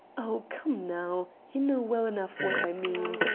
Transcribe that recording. oh, come now, you know well enough what i mean.